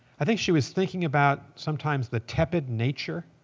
i think she was thinking about sometimes the tepid nature